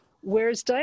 Whereas